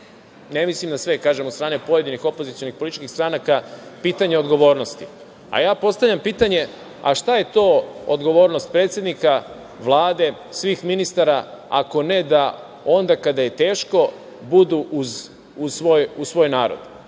ne mislim na sve, kažem, od strane pojedinih opozicionih političkih stranaka, pitanje odgovornosti. Ja postavljam pitanje – šta je to odgovornost predsednika, Vlade, svih ministara, ako ne da onda kada je teško budu uz svoj narod?